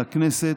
על הכנסת,